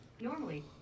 Normally